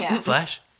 Flash